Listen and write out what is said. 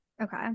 Okay